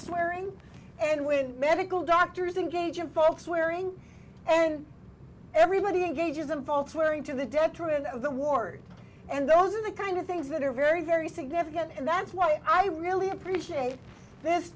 swearing and when medical doctors engage in folks wearing and everybody engages them faltering to the detriment of the war and those are the kind of things that are very very significant and that's why i really appreciate this